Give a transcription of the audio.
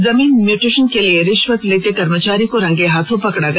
जमीन म्यूटेशन के लिए रिश्वत लेते कर्मचारी को रंगे हाथ पकड़ा गया